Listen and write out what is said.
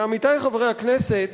ועמיתי חברי הכנסת,